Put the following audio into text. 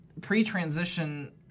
Pre-transition